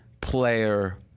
player